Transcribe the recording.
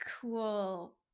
cool